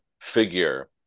figure